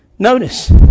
Notice